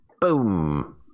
boom